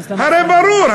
הרי ברור,